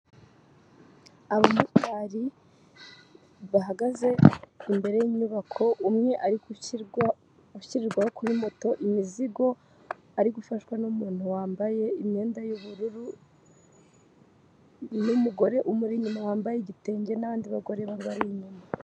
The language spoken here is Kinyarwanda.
Abamotari bahagaze imbere y'inyubako, umwe ari gushyirirwaho kuri moto imizigo, ari gufashwa n'umuntu wambaye imyenda y'ubururu n'umugore umuri inyuma wambaye igitenge nabandi bagore babiri bari inyuma